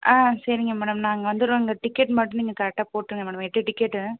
ஆ சரிங்க மேடம் நாங்கள் வந்துடுறோம் இந்த டிக்கெட் மட்டும் நீங்கள் கரக்ட்டாக போட்ருங்கள் மேடம் எட்டு டிக்கெட்